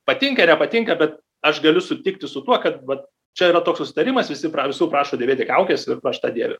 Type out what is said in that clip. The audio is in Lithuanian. patinka nepatinka bet aš galiu sutikti su tuo kad va čia yra toks susitarimas visi visų prašo dėvėti kaukes ir aš tą dėviu